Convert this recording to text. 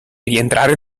rientrare